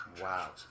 Wow